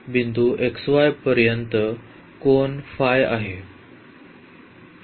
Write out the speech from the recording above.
या बिंदू xy पर्यंत कोन आहे